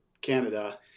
Canada